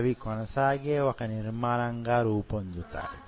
అవి కొనసాగే వొక నిర్మాణం గా రూపొందుతాయి